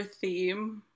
theme